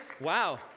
wow